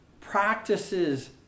practices